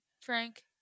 Frank